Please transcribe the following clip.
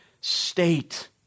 state